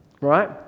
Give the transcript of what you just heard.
right